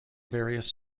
various